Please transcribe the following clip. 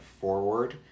forward